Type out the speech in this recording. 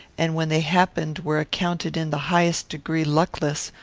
and when they happened were accounted in the highest degree luckless,